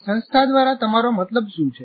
' સંસ્થા દ્વારા તમારો મતલબ શું છે